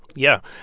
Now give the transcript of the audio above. yeah.